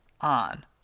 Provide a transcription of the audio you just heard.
on